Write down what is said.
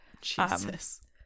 jesus